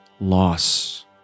loss